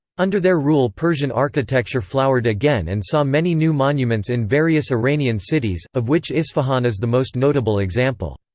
under their rule persian architecture flowered again and saw many new monuments in various iranian cities, of which isfahan is the most notable example.